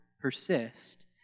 persist